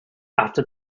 after